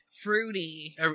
fruity